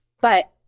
But-